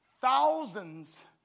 thousands